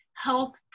health